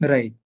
Right